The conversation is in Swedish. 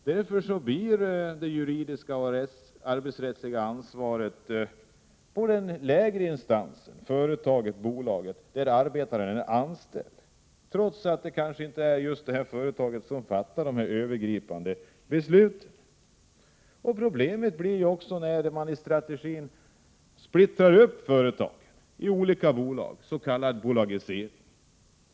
Därför hamnar det juridiska och arbetsrättsliga ansvaret på den lägre instansen — företaget eller bolaget där arbetaren är anställd. Detta trots att det kanske inte är detta företag som fattar de övergripande besluten. Det uppstår också problem när man i sin strategi splittrar företag i olika bolag, s.k. bolagisering.